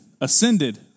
ascended